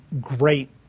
great